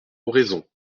oraison